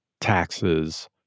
taxes